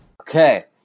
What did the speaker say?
Okay